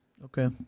Okay